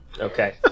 Okay